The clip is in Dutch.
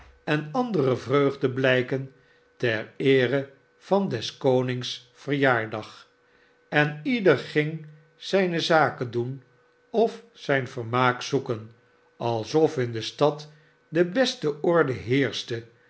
en andere vreugdeblijken ter eere van des konings verjaardag en ieder ging zijne zaken doen of zijn vermaak zoeken alsof in de stad de beste orde heerschte